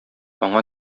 аңа